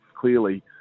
Clearly